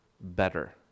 better